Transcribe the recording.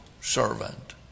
servant